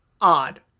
Odd